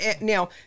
Now